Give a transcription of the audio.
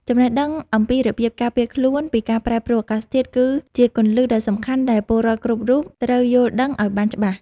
ចំណេះដឹងអំពីរបៀបការពារខ្លួនពីការប្រែប្រួលអាកាសធាតុគឺ ជាគន្លឹះដ៏សំខាន់ដែលពលរដ្ឋគ្រប់រូបត្រូវយល់ដឹងឱ្យបានច្បាស់។